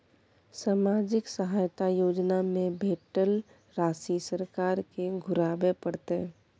सामाजिक सहायता योजना में भेटल राशि सरकार के घुराबै परतै?